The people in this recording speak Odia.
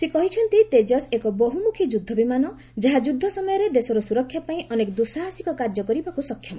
ସେ କହିଛନ୍ତି ତେଜସ୍ ଏକ ବହୁମୁଖୀ ଯୁଦ୍ଧବିମାନ ଯାହା ଯୁଦ୍ଧ ସମୟରେ ଦେଶର ସୁରକ୍ଷା ପାଇଁ ଅନେକ ଦୂଃସାହସିକ କାର୍ଯ୍ୟ କରିବାକୁ ସକ୍ଷମ